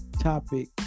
topic